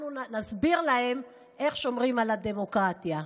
אנחנו נסביר להם איך שומרים על הדמוקרטיה.